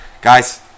guys